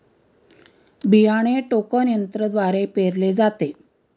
बियाणे टोकन यंत्रद्वारे पेरले जाते